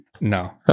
No